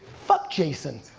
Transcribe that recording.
fuck jason.